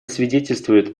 свидетельствует